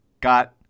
got